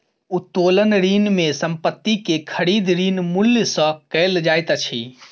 उत्तोलन ऋण में संपत्ति के खरीद, ऋण मूल्य सॅ कयल जाइत अछि